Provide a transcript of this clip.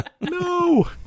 No